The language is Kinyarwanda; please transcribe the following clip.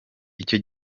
icyo